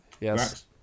Yes